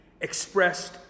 expressed